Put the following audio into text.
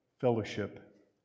fellowship